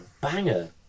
banger